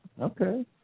okay